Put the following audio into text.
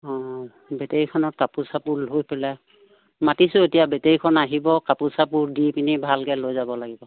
অঁ বেটেৰীখনত কাপোৰ চাপোৰ লৈ পেলাই মাতিছোঁ এতিয়া বেটেৰীখন আহিব কাপোৰ চাপোৰ দি পিনি ভালকৈ লৈ যাব লাগিব